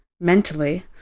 Mentally